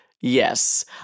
Yes